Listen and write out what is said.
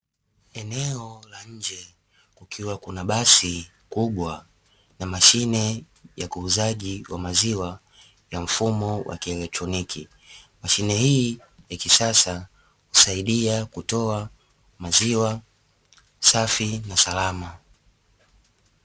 Eneo la nje kukiwa kuna basi kubwa na mashine ya uuzaji wa maziwa ya mfumo wa kielektroniki, mashine hii ya kisasa husaidia kutoa maziwa safi na salama.